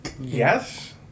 Yes